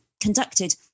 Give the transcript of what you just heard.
conducted